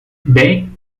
bem